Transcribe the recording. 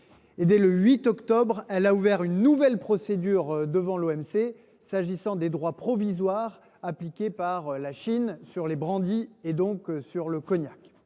Le 8 octobre, elle a ouvert une nouvelle procédure devant l’OMC, concernant cette fois les droits provisoires appliqués par la Chine sur les brandies, et donc sur le cognac.